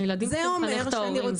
הילדים צריכים לחנך את ההורים,